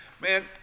Man